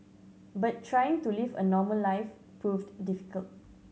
but trying to live a normal life proved difficult